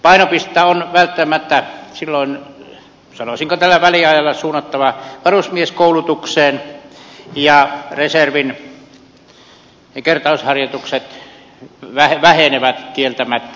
painopistettä on välttämättä silloin sanoisinko tällä väliajalla suunnattava varusmieskoulutukseen ja reservin kertausharjoitukset vähenevät kieltämättä